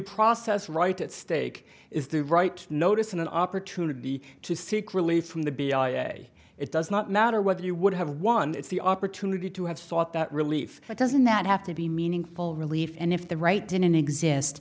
process right at stake is the right notice and an opportunity to seek relief from the b i a it does not matter whether you would have won it's the opportunity to have sought that relief doesn't that have to be meaningful relief and if the right didn't exist